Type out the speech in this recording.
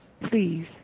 please